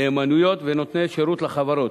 נאמנויות ונותני שירות לחברות,